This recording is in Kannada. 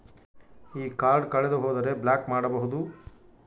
ಈ ಕಾರ್ಡ್ ಕಳೆದು ಹೋದರೆ ಬ್ಲಾಕ್ ಮಾಡಬಹುದು?